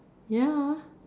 ya